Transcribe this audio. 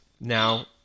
now